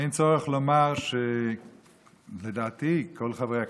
אין צורך לומר שלדעתי כל חברי הכנסת,